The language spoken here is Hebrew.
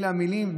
אלה המילים.